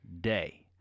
day